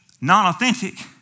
non-authentic